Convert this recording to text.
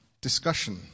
discussion